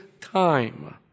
time